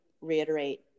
reiterate